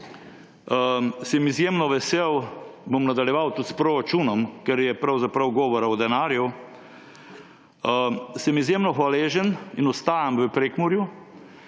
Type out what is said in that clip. sem izjemno vesel, bom nadaljeval tudi s proračunom, ker je pravzaprav govora o denarju, sem izjemno hvaležen in ostajam v Prekmurju,